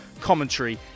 commentary